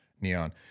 neon